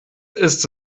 ist